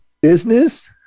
business